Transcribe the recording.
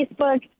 Facebook